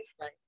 Right